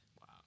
Wow